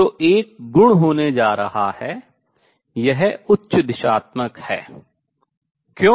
तो एक गुण होने जा रहा है यह उच्च दिशात्मक है क्यों